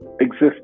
exist